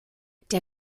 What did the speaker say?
der